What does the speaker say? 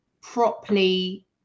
properly